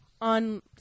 on